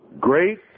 Great